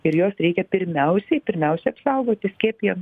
ir juos reikia pirmiausiai pirmiausia apsaugoti skiepijant